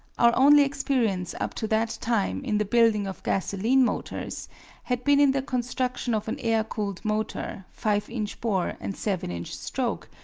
our only experience up to that time in the building of gasoline motors had been in the construction of an air-cooled motor, five inch bore and seven inch stroke,